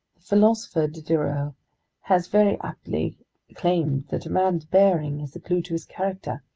philosopher diderot has very aptly claimed that a man's bearing is the clue to his character,